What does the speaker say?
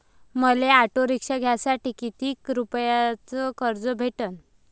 मले auto rickshaw घ्यासाठी कितीक रुपयाच कर्ज भेटनं?